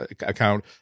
account